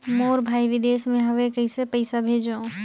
मोर भाई विदेश मे हवे कइसे पईसा भेजो?